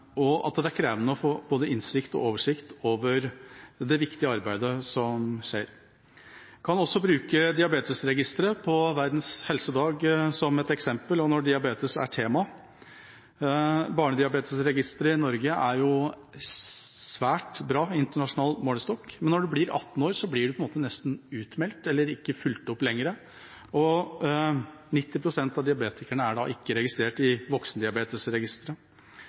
og at det er krevende å få både innsikt i og oversikt over det viktige arbeidet som skjer. Jeg kan også bruke diabetesregisteret på Verdens helsedag som et eksempel, når diabetes er tema. Barnediabetesregisteret i Norge er svært bra i internasjonal målestokk, men når man blir 18 år, blir man nesten utmeldt, eller ikke lenger fulgt opp. 90 pst. av diabetikerne er ikke registrert i voksendiabetesregisteret.